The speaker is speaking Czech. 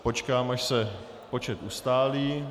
Počkám, až se počet ustálí.